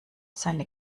seine